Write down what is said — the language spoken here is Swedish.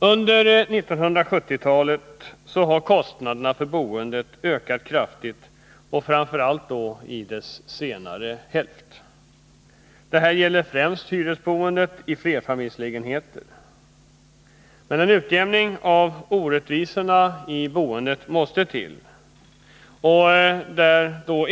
Under 1970-talet har kostnaderna för boendet ökat kraftigt, och framför allt' då under 1970-talets senare hälft. Det här gäller främst hyresboendet i flerfamiljshus. En utjämning av orättvisorna i boendet måste till.